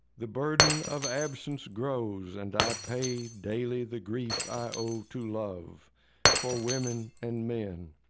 the burden of absence grows, and i pay daily the grief i owe to love for women and men,